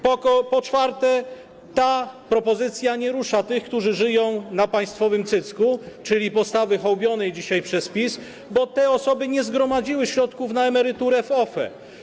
Po czwarte, ta propozycja nie rusza tych, którzy żyją na państwowym cycku, jest to postawa hołubiona dzisiaj przez PiS, bo te osoby nie zgromadziły środków na emeryturę w OFE.